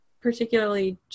particularly